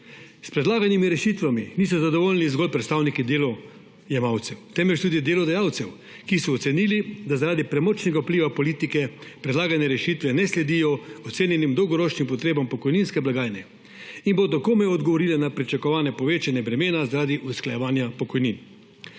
S predlaganimi rešitvami niso zadovoljni zgolj predstavniki delojemalcev, temveč tudi delodajalcev, ki so ocenili, da zaradi premočnega vpliva politike predlagane rešitve ne sledijo ocenjenim dolgoročnim potrebam pokojninske blagajne in bodo komaj odgovorile na pričakovanje povečanje bremena zaradi usklajevanja pokojnin.